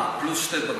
אה, פלוס שתי בגרויות.